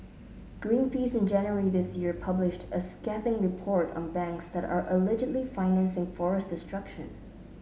Green Peace in January this year published a scathing report on banks that are allegedly financing forest destruction